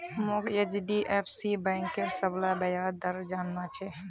मोक एचडीएफसी बैंकेर सबला ब्याज दर जानना छ